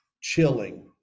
Chilling